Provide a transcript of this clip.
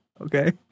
Okay